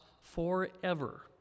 forever